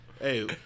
Hey